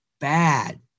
bad